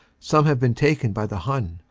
some have been taken by the i-iun,